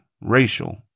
racial